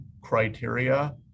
criteria